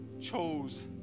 chose